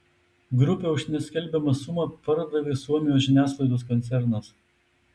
grupę už neskelbiamą sumą pardavė suomijos žiniasklaidos koncernas